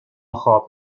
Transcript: خواب